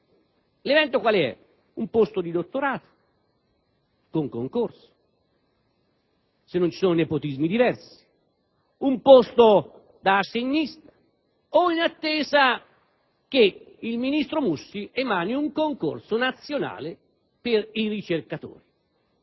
L'evento qual è? Un posto di dottorato con concorso, se non ci sono nepotismi diversi, un posto da assegnista, o, in attesa che il ministro Mussi lo emani, un concorso nazionale per ricercatori.